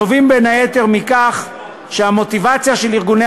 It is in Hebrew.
הנובעים בין היתר מכך שהמוטיבציה של ארגוני